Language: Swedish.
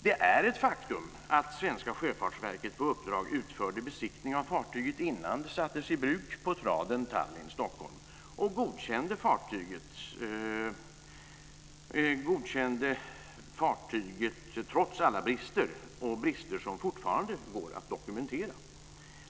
Det är ett faktum att det svenska sjöfartsverket på uppdrag utförde besiktning av fartyget innan det sattes i bruk på traden Tallinn-Stockholm och godkände fartyget trots alla brister, brister som fortfarande går att dokumentera.